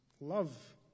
love